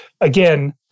again